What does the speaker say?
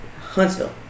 Huntsville